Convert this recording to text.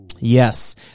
Yes